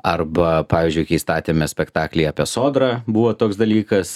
arba pavyzdžiui kai statėme spektaklį apie sodrą buvo toks dalykas